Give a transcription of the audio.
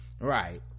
right